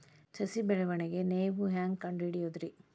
ಸಸಿ ಬೆಳವಣಿಗೆ ನೇವು ಹ್ಯಾಂಗ ಕಂಡುಹಿಡಿಯೋದರಿ?